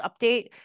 update